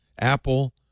apple